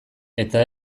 eta